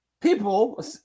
people